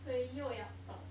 所以又要 dong